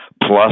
plus